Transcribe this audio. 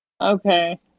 Okay